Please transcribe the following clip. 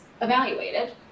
evaluated